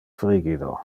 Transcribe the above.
frigido